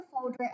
folder